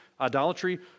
idolatry